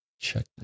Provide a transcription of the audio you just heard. check